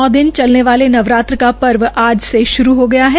नौ दिन चलने वाले नवरात्र का पर्व आज से शुरू हो गया है